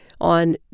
On